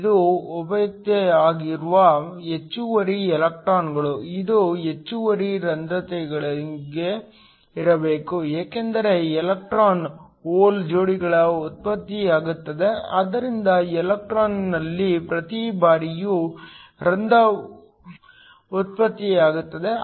ಇದು ಉತ್ಪತ್ತಿಯಾಗುವ ಹೆಚ್ಚುವರಿ ಎಲೆಕ್ಟ್ರಾನ್ಗಳು ಇದು ಹೆಚ್ಚುವರಿ ರಂಧ್ರಗಳಂತೆಯೇ ಇರಬೇಕು ಏಕೆಂದರೆ ಎಲೆಕ್ಟ್ರಾನ್ ಹೋಲ್ ಜೋಡಿಗಳು ಉತ್ಪತ್ತಿಯಾಗುತ್ತವೆ ಆದ್ದರಿಂದ ಎಲೆಕ್ಟ್ರಾನ್ನಲ್ಲಿ ಪ್ರತಿ ಬಾರಿಯೂ ರಂಧ್ರವು ಉತ್ಪತ್ತಿಯಾಗುತ್ತದೆ